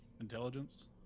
Intelligence